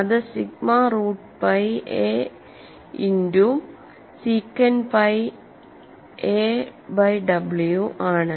അത് sigma root pi a into second pi a by w ആണ്